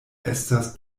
estas